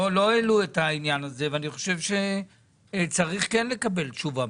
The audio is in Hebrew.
לא העלו את העניין הזה ואני חושב שצריך כן לקבל תשובה.